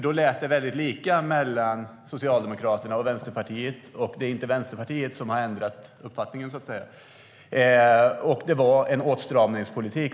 Då lät det väldigt lika mellan Socialdemokraterna och Vänsterpartiet, och det är inte Vänsterpartiet som har ändrat uppfattning, så att säga. Det var en åtstramningspolitik.